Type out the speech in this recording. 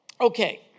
Okay